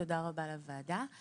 תודה רבה על הוועדה,